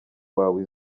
wawe